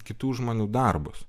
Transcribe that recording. kitų žmonių darbus